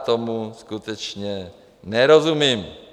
Tomu skutečně nerozumím.